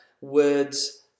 words